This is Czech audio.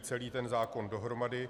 Celý ten zákon dohromady.